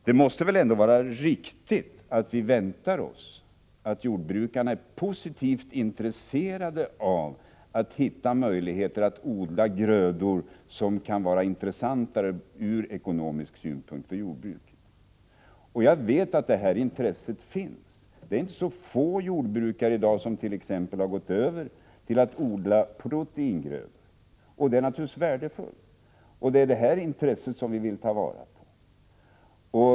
Det måste väl ändå vara riktigt att vänta sig att jordbrukarna är positiva till och intresserade av att finna möjligheter att odla grödor som ur ekonomisk synpunkt kan vara mera intressanta för jordbruket. Jag vet att ett sådant intresse finns. Det är inte så få jordbrukare i dag som t.ex. har gått över till att odla proteingrödor — vilket naturligtvis är värdefullt. Det är det intresset som vi vill ta vara på.